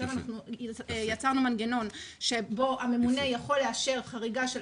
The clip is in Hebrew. ששם יצרנו מנגנון שבו הממונה יכול לאשר חריגה של